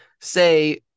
say